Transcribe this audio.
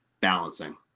balancing